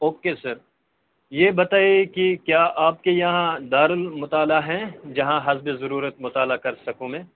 okay sir یہ بتائیے کہ کیا آپ کے یہاں دارالمطالعہ ہیں جہاں حسب ضرورت مطالعہ کر سکوں میں